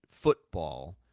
football